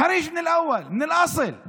קודם כול, מיניתי לא מזמן מועצה